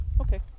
okay